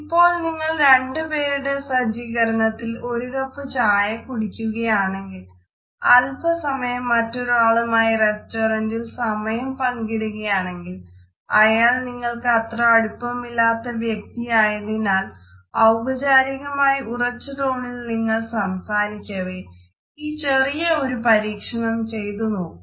ഇപ്പോൾ നിങ്ങൾ രണ്ടു പേരുടെ സജ്ജീകരണത്തിൽ ഒരു കപ്പ് ചായ കുടിക്കുകയാണെങ്കിൽ അല്പസമയം മറ്റൊരാളുമായി റസ്റ്റൊറന്റിൽ സമയം പങ്കിടുകയാണെങ്കിൽ അയാൾ നിങ്ങൾക്കത്ര അടുപ്പമില്ലാത്ത വ്യക്തിയായതിനാൽ ഔപചാരികമായി ഉറച്ച ടോണിൽ നിങ്ങൾ സംസാരിക്കവേ ഈ ചെറിയ ഒരു പരീക്ഷണം ചെയ്തു നോക്കൂ